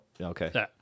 Okay